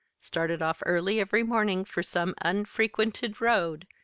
started off early every morning for some unfrequented road,